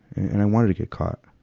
and i wanted to get caught.